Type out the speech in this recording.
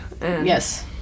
Yes